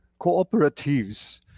cooperatives